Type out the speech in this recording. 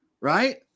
right